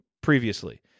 previously